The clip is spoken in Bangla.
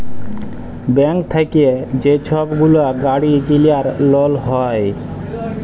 ব্যাংক থ্যাইকে যে ছব গুলা গাড়ি কিলার লল হ্যয়